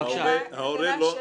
הלאה.